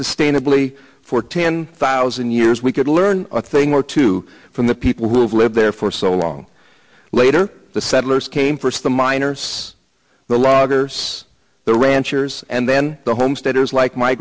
sustainably for ten thousand years we could learn a thing or two from the people who've lived there for so long later the settlers came first the miners the loggers the ranchers and then the homesteaders like my